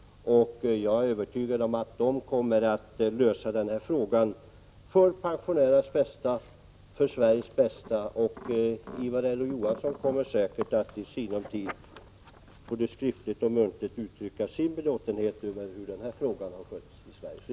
Jag är övertygad om att de kommer att handlägga den frågan till pensionärernas bästa och till Sveriges bästa. Ivar Lo-Johansson kommer säkert i sinom tid att både muntligt och skriftligt uttrycka sin belåtenhet över hur den här frågan skötts i Sveriges riksdag.